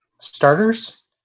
Starters